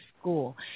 school